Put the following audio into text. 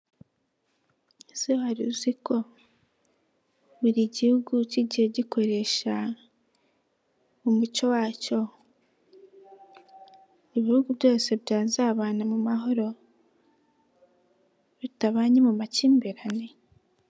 Ese wari uzi ko buri gihugu ki gikoresha, umuco wacyo, ibihugu byose byazabana mu mahoro, bitabanye mu makimbirane?